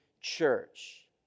church